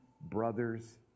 brother's